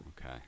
okay